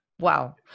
Wow